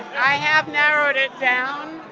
i have narrowed it down.